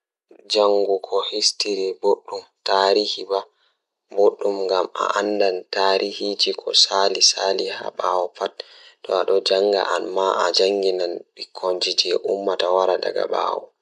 Laawol ngam study history sabu ɓe waawi njifti ko ɓe njifti hoore rewɓe ngal e yewtude waawde. History waawi hokkude sabu njangol fiyaangu ngal e nguurndam, ko fiyaangu ngal ɗum waɗi sabu ɓe waawi heɓɓude yewtude kadi njangol.